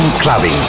Clubbing